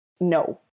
No